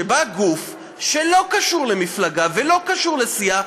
שבא גוף שלא קשור למפלגה ולא קשור לסיעה,